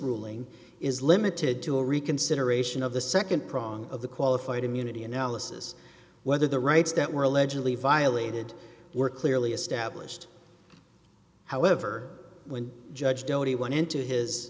ruling is limited to a reconsideration of the nd prong of the qualified immunity analysis whether the rights that were allegedly violated were clearly established however when judge doty went into his